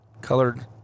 colored